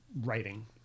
writing